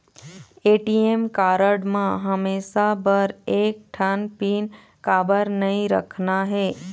ATM card म हमेशा बर एक ठन पिन काबर नई रखना हे?